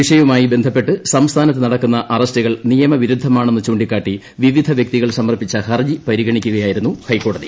വിഷയവുമായി ബന്ധപ്പെട്ട് സംസ്ഥാനത്ത് നടക്കുന്ന അറസ്റ്റുകൾ നിയമവിരുദ്ധമാണെന്ന് ചൂണ്ടിക്കാട്ടി വിവിധ വ്യക്തികൾ സമർപ്പിച്ച ഹർജി പരിഗണിക്കുകയായിരുന്നു ഹൈക്കോടതി